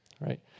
right